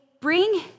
bring